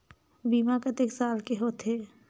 बीमा कतेक साल के होथे?